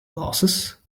glasses